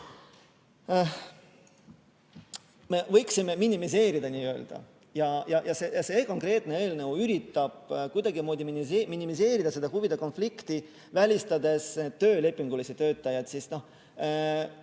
me võiksime minimeerida. See konkreetne eelnõu üritab kuidagimoodi minimeerida seda huvide konflikti, välistades töölepingulisi töötajaid.